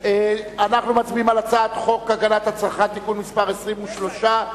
אנחנו מצביעים על הצעת חוק הגנת הצרכן (תיקון מס' 23),